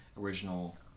original